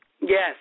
Yes